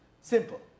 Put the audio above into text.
Simple